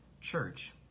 church